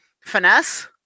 Finesse